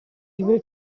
able